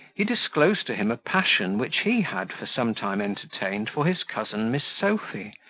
he disclosed to him a passion which he had for some time entertained for his cousin miss sophy,